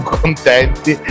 contenti